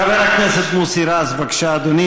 חבר הכנסת מוסי רז, בבקשה, אדוני.